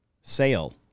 sale